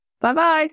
Bye-bye